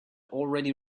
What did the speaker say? already